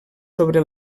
sobre